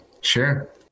Sure